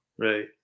Right